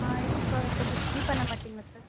ஆ எதுவும் கொ கொஞ்சம் கம்மி பண்ண மாட்டிங்களா சார்